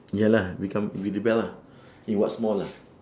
ya lah become we rebel lah in what small ah